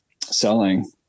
selling